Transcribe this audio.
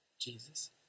Jesus